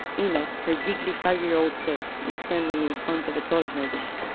in it, her giggly five-year-old self is standing in front of a tall hedge.